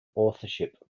authorship